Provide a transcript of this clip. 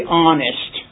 honest